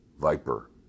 Viper